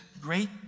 great